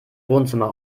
wohnzimmer